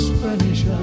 Spanish